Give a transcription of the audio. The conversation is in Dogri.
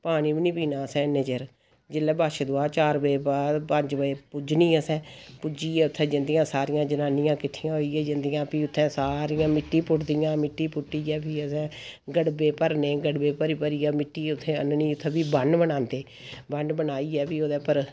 पानी बी नेईं पीना असें इ'न्ना चिर जिसलै बच्छदुआ चार बज़े बाद पंज बज़े पूज़नी असें पूजियै